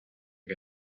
que